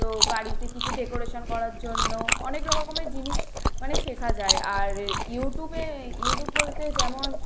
তো গাড়িতে কিছু ডেকোরেশন করার জন্য অনেক রকমের জিনিস মানে শেকা যায় আর ইউটুবে ইউটিউব বলতে যেমন